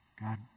God